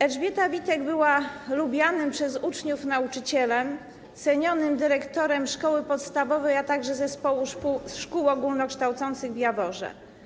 Elżbieta Witek była lubianym przez uczniów nauczycielem, cenionym dyrektorem szkoły podstawowej, a także zespołu szkół ogólnokształcących w Jaworze.